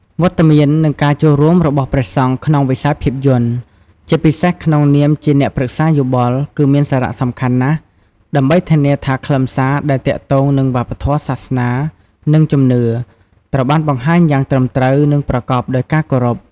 វត្តមាន និងការចូលរួមរបស់ព្រះសង្ឃក្នុងវិស័យភាពយន្ត ជាពិសេសក្នុងនាមជាអ្នកប្រឹក្សាយោបល់ គឺមានសារៈសំខាន់ណាស់ ដើម្បីធានាថាខ្លឹមសារដែលទាក់ទងនឹងវប្បធម៌ សាសនា និងជំនឿ ត្រូវបានបង្ហាញយ៉ាងត្រឹមត្រូវ និងប្រកបដោយការគោរព។